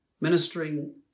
Ministering